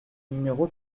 numéro